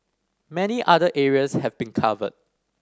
many other areas have been covered